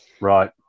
right